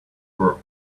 were